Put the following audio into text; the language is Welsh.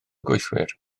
gweithwyr